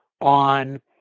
on